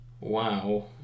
Wow